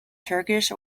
turkish